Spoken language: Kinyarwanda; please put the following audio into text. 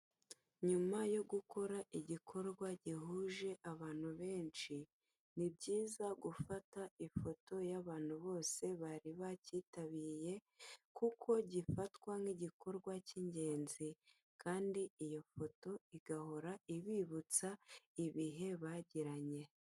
Nyuma yo gukora igikorwa gihuje abantu benshi, ni byiza gufata ifoto y'abantu bose bari bacyitabiye kuko gifatwa nk'igikorwa cy'ingenzi kandi iyo foto igahora ibibutsa ibihe bagiranye.